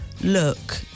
look